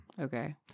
Okay